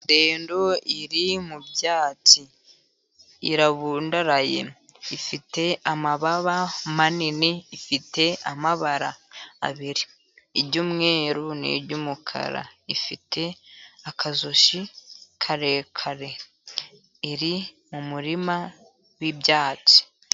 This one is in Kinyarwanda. Dendo iri mu byatsi, irabundaraye, ifite amababa manini, ifite amabara abiri, iry'umweru, n'iry'umukara, ifite akajosi karekare, iri mu murima w'ibyatsi.